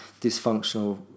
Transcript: dysfunctional